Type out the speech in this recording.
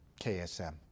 KSM